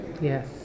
Yes